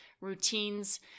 routines